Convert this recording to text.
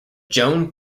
joan